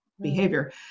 behavior